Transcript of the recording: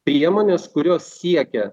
priemonės kurios siekia